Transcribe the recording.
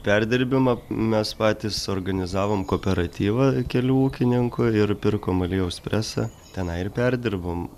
perdirbimą mes patys organizavom kooperatyvą kelių ūkininkų ir pirkom aliejaus presą tenai ir perdirbom